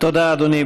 תודה, אדוני.